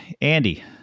Andy